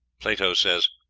plato says,